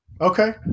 Okay